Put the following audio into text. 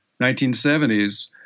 1970s